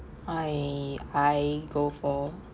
I I go for